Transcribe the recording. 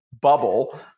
bubble